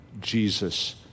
Jesus